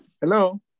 Hello